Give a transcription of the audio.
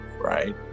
right